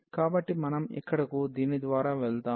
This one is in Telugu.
కాబట్టి మనం ఇక్కడకు దీని ద్వారా వెళ్దాం